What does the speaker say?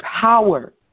power